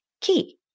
key